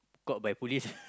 caught by police